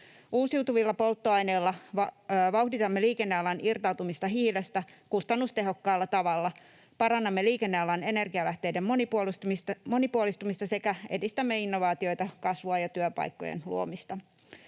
Uusiutuvilla polttoaineilla vauhditamme liikennealan irtautumista hiilestä kustannustehokkaalla tavalla, parannamme liikennealan energialähteiden monipuolistumista sekä edistämme innovaatioita, kasvua ja työpaikkojen luomista.